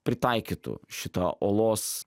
pritaikytų šitą olos